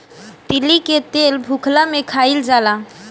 तीली के तेल भुखला में खाइल जाला